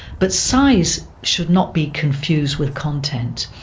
but size should not be confused with content.